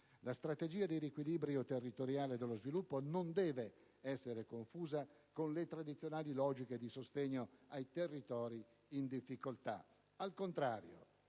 La strategia di riequilibrio territoriale dello sviluppo non deve essere confusa con le tradizionali logiche di sostegno ai territori in difficoltà; al contrario,